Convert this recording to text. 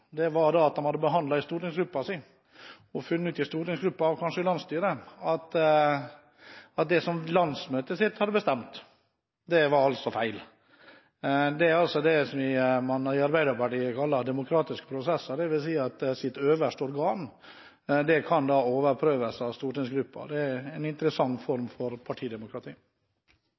var at de hadde hatt en behandling i stortingsgruppen sin, og funnet ut der – og kanskje i landsstyret – at det som landsmøtet deres hadde bestemt, var feil. Dette er altså hva man i Arbeiderpartiet kaller demokratiske prosesser. Det vil si at deres øverste organ kan overprøves av stortingsgruppen. Det er en interessant form for partidemokrati.